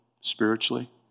spiritually